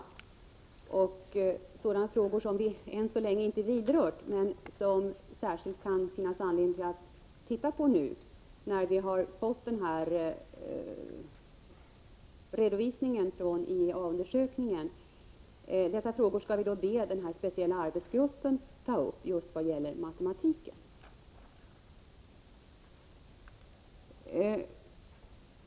Sådana frågor i synnerhet vad gäller matematiken, som vi än så länge inte vidrört men som det kan finnas särskild anledning att titta på nu, när vi har fått denna redovisning från IEA undersökningen, skall vi be den speciella arbetsgruppen att ta upp.